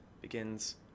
begins